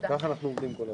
ככה אנחנו עובדים כל הזמן.